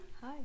Hi